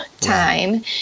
time